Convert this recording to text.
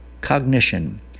cognition